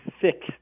thick